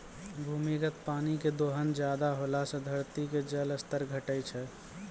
भूमिगत पानी के दोहन ज्यादा होला से धरती के जल स्तर घटै छै